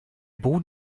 boden